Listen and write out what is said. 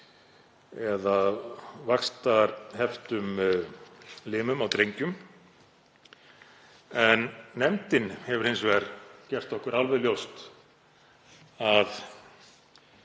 eða vaxtarheftum limum á drengjum, en nefndin hefur hins vegar gert okkur alveg ljóst að